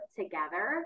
together